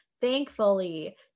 thankfully